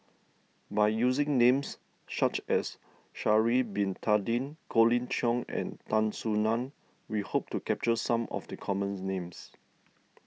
by using names such as Sha'ari Bin Tadin Colin Cheong and Tan Soo Nan we hope to capture some of the commons names